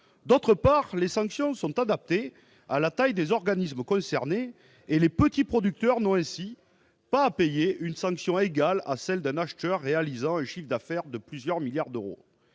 d'autre part, les sanctions seront adaptées à la taille des organismes concernés et les petits producteurs n'auront pas à payer les mêmes montants que des acteurs réalisant un chiffre d'affaires de plusieurs milliards d'euros.